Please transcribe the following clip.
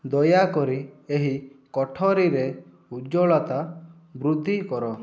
ଦୟାକରି ଏହି କୋଠରୀରେ ଉଜ୍ଜ୍ୱଳତା ବୃଦ୍ଦି କର